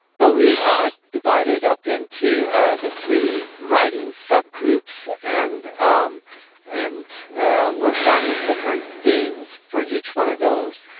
but we divided up into the three writing subgroups and and worked on the different themes for each one of those.